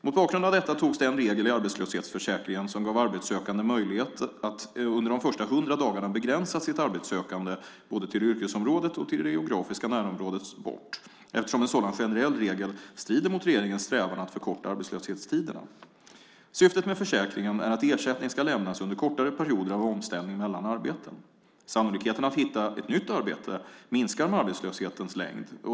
Mot bakgrund av detta togs den regel i arbetslöshetsförsäkringen som gav arbetssökande möjlighet att under de första 100 dagarna begränsa sitt arbetssökande både till yrkesområdet och till det geografiska närområdet bort, eftersom en sådan generell regel strider mot regeringens strävan att förkorta arbetslöshetstiderna. Syftet med försäkringen är att ersättning ska lämnas under kortare perioder av omställning mellan arbeten. Sannolikheten att hitta ett nytt arbete minskar med arbetslöshetens längd.